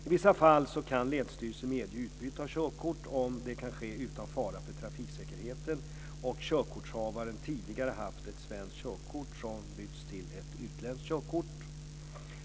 I vissa fall kan länsstyrelsen medge utbyte av körkort om det kan ske utan fara för trafiksäkerheten om körkortshavaren tidigare har haft ett svenskt körkort som bytts ut till ett utländskt körkort.